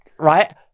Right